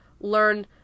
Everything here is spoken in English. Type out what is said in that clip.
learn